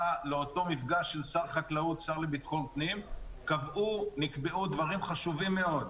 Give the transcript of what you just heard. במפגש של שר החקלאות עם השר לביטחון פנים נקבעו דברים חשובים מאוד.